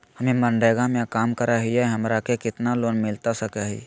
हमे मनरेगा में काम करे हियई, हमरा के कितना लोन मिलता सके हई?